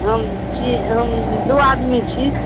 हम छी हम दू आदमी छी